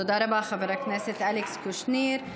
תודה רבה, חבר הכנסת אלכס קושניר.